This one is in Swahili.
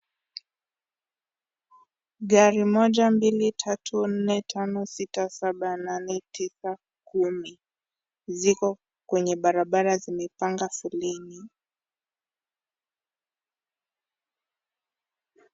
Gari moja, mbili, tatu, nne, tano, sita, saba, nane, tisa, kumi ziko kwenye barabara zimepanga foleni.